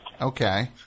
Okay